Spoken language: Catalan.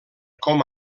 com